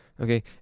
Okay